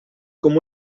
com